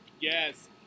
Yes